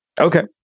Okay